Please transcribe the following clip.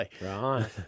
right